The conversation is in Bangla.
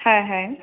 হ্যাঁ হ্যাঁ